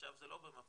עכשיו זה לא במפתיע,